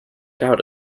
doubt